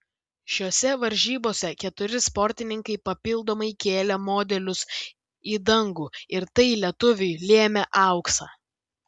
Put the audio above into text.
šiose varžybose keturi sportininkai papildomai kėlė modelius į dangų ir tai lietuviui lėmė auksą